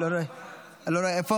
אני לא רואה, איפה?